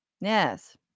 Yes